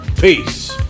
Peace